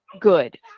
good